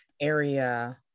area